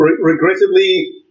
Regrettably